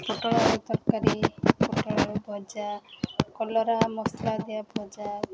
ପୋଟଳ ଆଳୁ ତରକାରୀ ପୋଟଳ ଆଳୁ ଭଜା କଲରା ମସଲା ଦିଆ ଭଜା